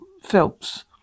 Phelps